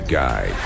guy